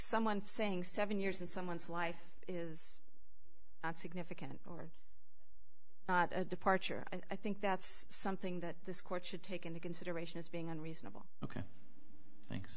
someone saying seven years in someone's life is not significant or not at departure i think that's something that this court should take into consideration is being unreasonable ok thanks